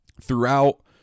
throughout